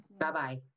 Bye-bye